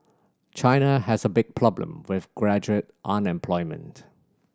China has a big problem with graduate unemployment